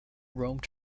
roamed